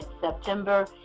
September